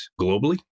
globally